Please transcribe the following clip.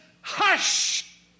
hush